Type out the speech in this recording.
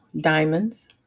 diamonds